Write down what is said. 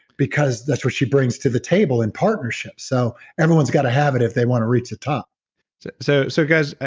because that's what she brings to the table in partnership. so everyone's got a have it if they want to reach the top so so guys,